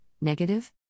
negative